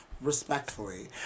respectfully